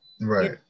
Right